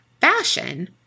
fashion